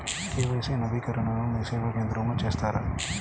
KYC నవీకరణని మీసేవా కేంద్రం లో చేస్తారా?